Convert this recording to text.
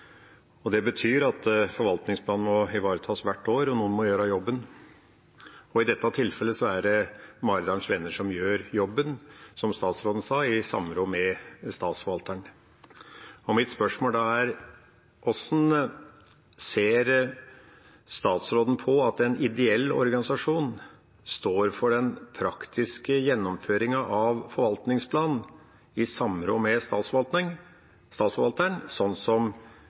steder. Det betyr at forvaltningsplanen må ivaretas hvert år, og noen må gjøre jobben. I dette tilfellet er det Maridalens Venner som gjør jobben, som statsråden sa, i samråd med Statsforvalteren. Mitt spørsmål da er: Hvordan ser statsråden på at en ideell organisasjon står for den praktiske gjennomføringen av forvaltningsplanen i samråd med Statsforvalteren, som